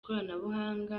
ikoranabuhanga